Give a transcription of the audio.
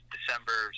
December